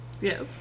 Yes